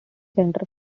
center